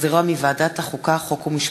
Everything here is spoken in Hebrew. שהחזירה ועדת החוקה, חוק ומשפט.